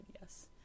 yes